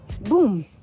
Boom